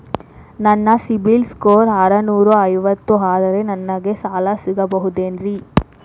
ನನ್ನ CIBIL score ಆರನೂರ ಐವತ್ತು ಅದರೇ ನನಗೆ ಸಾಲ ಸಿಗಬಹುದೇನ್ರಿ?